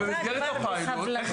איך הם עוברים לארץ?